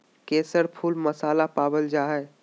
केसर फुल मसाला पावल जा हइ